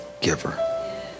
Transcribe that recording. giver